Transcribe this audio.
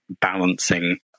balancing